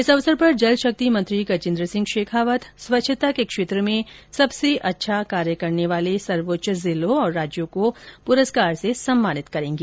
इस अवसर पर जल शक्ति मंत्री गजेन्द्र सिंह शेखावत स्वच्छता के क्षेत्र में सबसे अच्छा कार्य करने वाले सर्वोच्च जिलों और राज्यों को पुरस्कार से सम्मानित करेंगे